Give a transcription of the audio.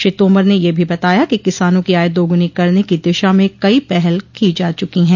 श्री तोमर ने यह भी बताया कि किसानों की आय दोगुनी करने की दिशा में कई पहल की जा चुकी हैं